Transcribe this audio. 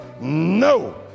No